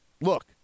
Look